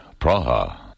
Praha